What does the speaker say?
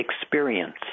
experience